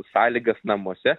sąlygas namuose